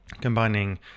combining